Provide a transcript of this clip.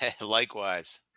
Likewise